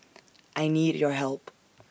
I need your help